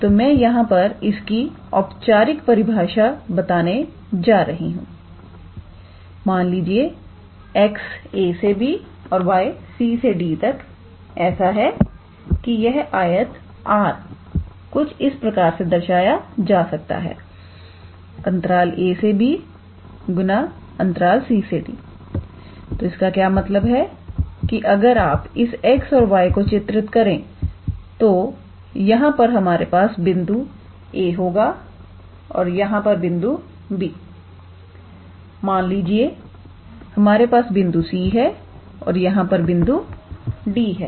तो मैं यहां पर इसकी औपचारिक परिभाषा बताने जा रहे हैं मान लीजिए 𝑎 ≤ 𝑥 ≤ 𝑏 और 𝑐 ≤ 𝑦 ≤ 𝑑 ऐसा है कि यह आयत R कुछ इस प्रकार से दर्शाया जा सकता है 𝑎 𝑏 × 𝑐 𝑑 तो इसका क्या मतलब है कि अगर आप इस x और y को चित्रित करें तो यहां पर हमारे पास बिंदु a होगा और यहां पर बिंदु b मान लीजिए हमारे पास बिंदु c है और यहां पर बिंदु d है